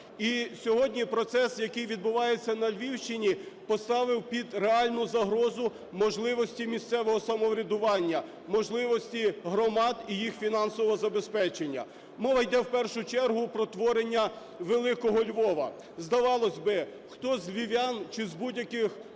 І сьогодні процес, який відбувається на Львівщині, поставив під реальну загрозу можливості місцевого самоврядування, можливості громад і їх фінансового забезпечення. Мова йде в першу чергу про творення великого Львова. Здавалось би, хто з львів'ян чи з будь-яких українців